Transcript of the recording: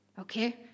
okay